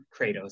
Kratos